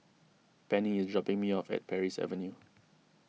Pennie is dropping me off at Parry Avenue